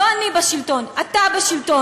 לא אני בשלטון, אתה בשלטון.